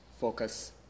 Focus